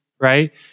right